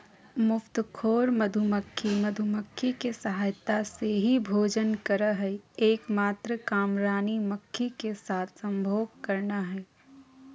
मुफ्तखोर मधुमक्खी, मधुमक्खी के सहायता से ही भोजन करअ हई, एक मात्र काम रानी मक्खी के साथ संभोग करना हई